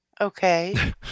Okay